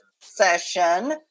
session